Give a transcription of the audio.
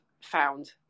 found